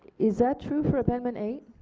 is that true for amendment eight?